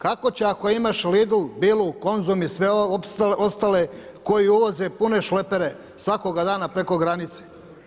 Kako će ako imaš Lidl, Bilu, Konzum i sve ostale koji uvoze pune šlepere svakoga dana preko granice.